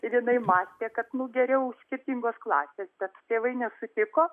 ir jinai mąstė kad nu geriau skirtingos klasės bet tėvai nesutiko